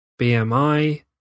BMI